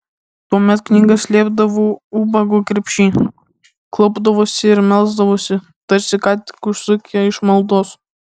tuomet knygas slėpdavo ubago krepšy klaupdavosi ir melsdavosi tarsi ką tik užsukę išmaldos